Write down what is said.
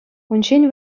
унччен